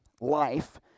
life